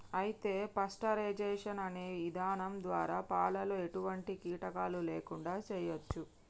అయితే పాస్టరైజేషన్ అనే ఇధానం ద్వారా పాలలో ఎటువంటి కీటకాలు లేకుండా చేయచ్చు